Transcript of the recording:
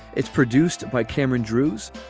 it's produced by cameron drewes.